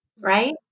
Right